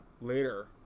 later